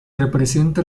representa